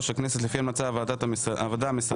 הכנסת לפי המלצת הוועדה המסדרת.